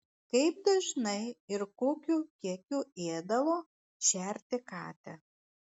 kaip dažnai ir kokiu kiekiu ėdalo šerti katę